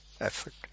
effort